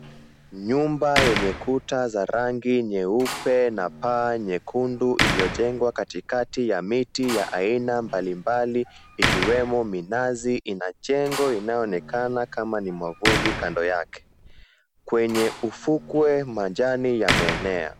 Nyumba yenye kuta za rangi nyeupe na paa nyekundu iliyojengwa katikati ya miti ya aina mbalimbali ikiwemo minazi ina jengo inayoonekana kama ni mwavuli kando yake, kwenye ufukwe majani yameenea.